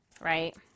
right